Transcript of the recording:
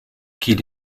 qu’il